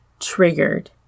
triggered